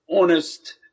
honest